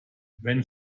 wenn